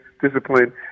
Discipline